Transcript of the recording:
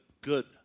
good